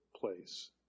place